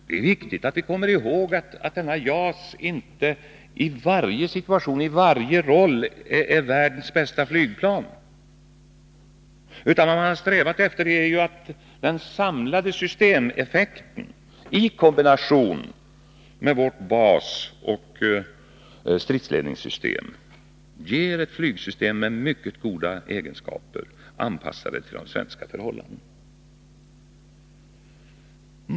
Det är viktigt att vi kommer ihåg att JAS inte i varje situation, i varje roll, är världens bästa flygplan. Vad man har strävat efter är ju att den samlade systemeffekten i kombination med vårt basoch stridsledningssystem skall ge ett flygsystem med mycket goda egenskaper, anpassade till de svenska förhållandena.